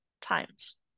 times